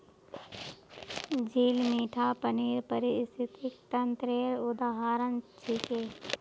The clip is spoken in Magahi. झील मीठा पानीर पारिस्थितिक तंत्रेर उदाहरण छिके